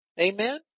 Amen